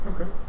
Okay